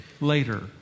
later